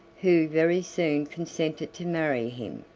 who very soon consented to marry him.